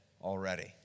already